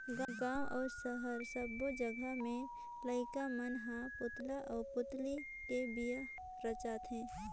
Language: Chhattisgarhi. गांव अउ सहर सब्बो जघा में लईका मन हर पुतला आउ पुतली के बिहा रचाथे